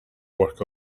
work